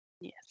Yes